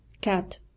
Cat